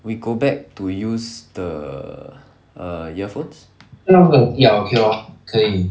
we go back to use the err earphones 不用的 ya okay orh 可以